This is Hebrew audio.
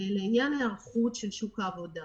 לעניין ההיערכות של שוק העבודה